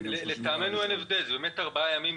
לדעתנו אין הבדל, זה באמת ארבעה ימים.